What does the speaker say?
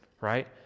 right